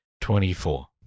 Twenty-four